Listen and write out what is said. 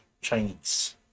chinese